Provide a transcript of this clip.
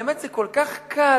באמת, זה כל כך קל.